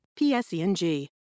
PSENG